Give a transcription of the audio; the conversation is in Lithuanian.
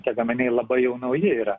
tie gaminiai labai jau nauji yra